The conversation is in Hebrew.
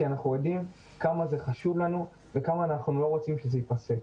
כי אנחנו יודעים כמה זה חשוב לנו וכמה אנחנו לא רוצים שזה ייפסק.